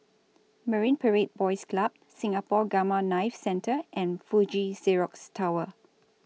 Marine Parade Boys Club Singapore Gamma Knife Centre and Fuji Xerox Tower